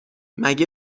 مگه